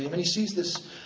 he i mean he sees this,